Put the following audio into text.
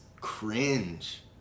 cringe